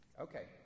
okay